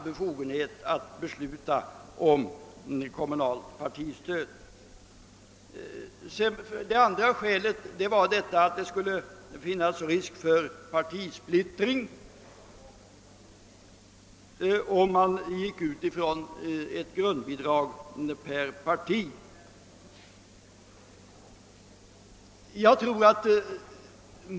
befogenheter att besluta om kommunalt partistöd. "Det andra: skälet var risken för partisplittring om man utgår från ett grundbidrag per parti.